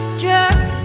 drugs